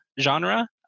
genre